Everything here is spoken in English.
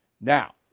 Now